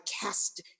cast